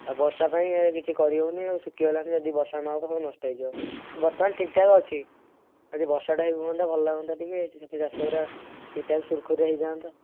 ଆଉ ବର୍ଷା ନାଇଁ କିଛି କରିହେଉନି ଆଉ ଶୁଖିଗଲାଣି ଯଦି ବର୍ଷା ନ ହେବ ସବୁ ନଷ୍ଟ ହେଇଯିବ ବର୍ତ୍ତମାନ ଠିକ୍ଠାକ୍ ଅଛି ଯଦି ବର୍ଷାଟା ହୁଅନ୍ତା ଭଲ ଲାଗନ୍ତା ଟିକେ ଚାଷ ଗୁଡ଼ା ଠିକ୍ଠାକ୍ ସୁରୁଖୁରୁରେ ହେଇଯାନ୍ତା